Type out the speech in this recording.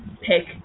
pick